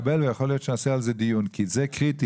ויכול להיות שנקיים על זה דיון, כי זה קריטי.